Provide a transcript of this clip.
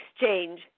exchange